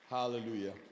Hallelujah